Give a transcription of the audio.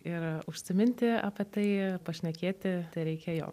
ir užsiminti apie tai pašnekėti tereikia jo